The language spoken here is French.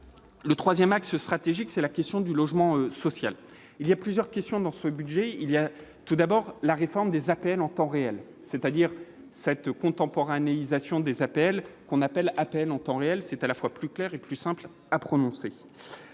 le 3ème, axe stratégique, c'est la question du logement social, il y a plusieurs questions dans ce budget, il y a tout d'abord la réforme des APL en temps réel, c'est-à-dire cette contemporanéité ation des appels qu'on appelle à peine en temps réel, c'est à la fois plus claires et plus simple à prononcer